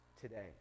today